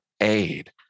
aid